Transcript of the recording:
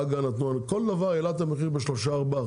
כל אחד העלה את המחיר ב3%-4%,